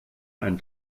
ein